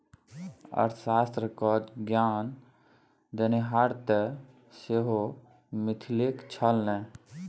अर्थशास्त्र क ज्ञान देनिहार तँ सेहो मिथिलेक छल ने